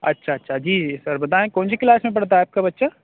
اچھا اچھا جی جی سر بتائیں کون سی کلاس میں پڑھتا ہے آپ کا بچہ